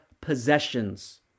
possessions